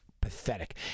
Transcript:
pathetic